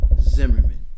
Zimmerman